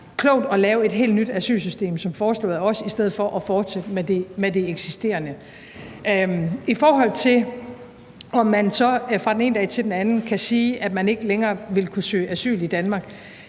klogt at lave et helt nyt asylsystem som foreslået af os i stedet for at fortsætte med det eksisterende. I forhold til om man så fra den ene dag til den anden kan sige, at man ikke længere vil kunne søge asyl i Danmark,